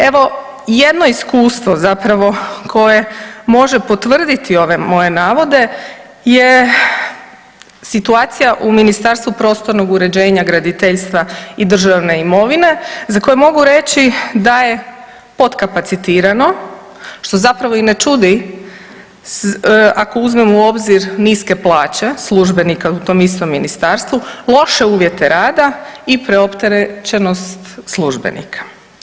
Evo jedno iskustvo koje zapravo može potvrditi ove moje navode je situacija u Ministarstvu prostornog uređenja, graditeljstva i državne imovine za koje mogu reći da je potkapacitirano što zapravo i ne čudi ako uzmemo u obzir niske plaće službenika u tom istom ministarstvu, loše uvjete rada i preopterećenost službenika.